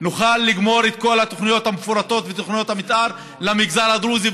נוכל לגמור את כל התוכניות המפורטות ותוכניות המתאר למגזר הדרוזי,